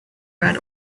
red